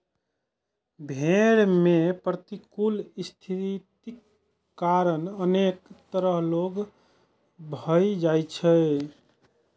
भेड़ मे प्रतिकूल स्थितिक कारण अनेक तरह रोग भए जाइ छै